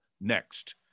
next